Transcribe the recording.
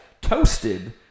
toasted